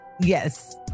Yes